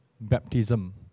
baptism